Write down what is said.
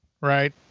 right